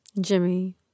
Jimmy